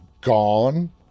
gone